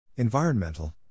Environmental